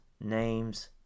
name's